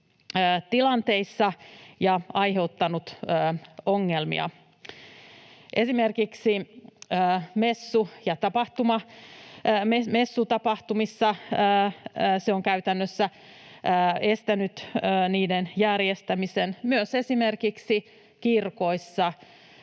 tilanteissa ja joka on aiheuttanut ongelmia. Esimerkiksi messutapahtumissa se on käytännössä estänyt niiden järjestämisen. Myöskään esimerkiksi kirkoissa